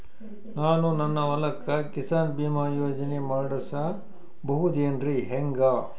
ನಾನು ನನ್ನ ಹೊಲಕ್ಕ ಕಿಸಾನ್ ಬೀಮಾ ಯೋಜನೆ ಮಾಡಸ ಬಹುದೇನರಿ ಹೆಂಗ?